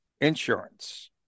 insurance